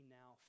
now